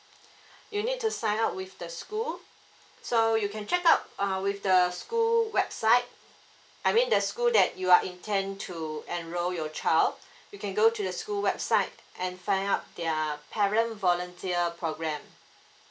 you need to sign up with the school so you can check out uh with the school website I mean the school that you are intend to enroll your child you can go to the school website and find up their parent volunteer program